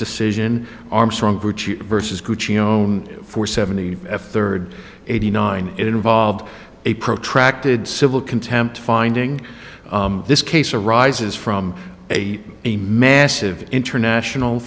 decision armstrong versus own for seventy f third eighty nine it involved a protracted civil contempt finding this case arises from a a massive international